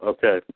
Okay